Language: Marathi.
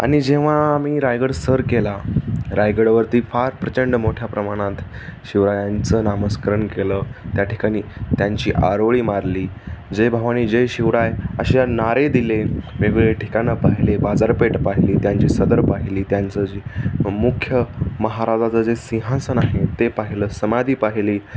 आणि जेव्हा आम्ही रायगड सर केला रायगडवरती फार प्रचंड मोठ्या प्रमाणात शिवरायांचं नामस्मरण केलं त्या ठिकाणी त्यांची आरोळी मारली जय भावानी जय शिवराय अशा नारे दिले वेगवेगळे ठिकाणं पाहिले बाजारपेठ पाहिली त्यांची सदर पाहिली त्यांचं जे मुख्य महाराजाचं जे सिंहासन आहे ते पाहिलं समाधी पाहिली